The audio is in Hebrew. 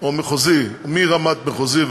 או שופט מחוזי, מרמת מחוזי והלאה,